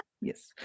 Yes